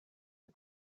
est